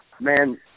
man